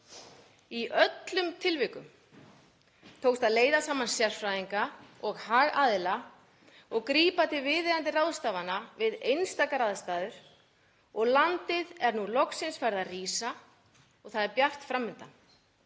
Í öllum tilvikum tókst að leiða saman sérfræðinga og hagaðila og grípa til viðeigandi ráðstafana við einstakar aðstæður og landið er nú loksins farið að rísa og það er bjart fram undan.